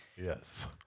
Yes